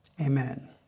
amen